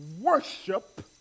worship